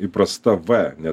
įprasta v ne